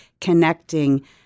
connecting